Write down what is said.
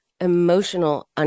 emotional